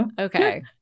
Okay